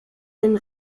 den